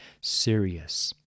serious